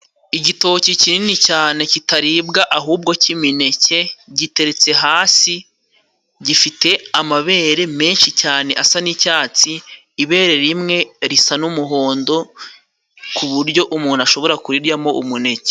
Igitoki kinini cyane kitaribwa ahubwo cy'imineke giteretse hasi, gifite amabere menshi cyane asa n'icyatsi, ibere rimwe risa n'umuhondo ku buryo umuntu ashobora kuriryamo umuneke.